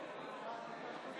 אנחנו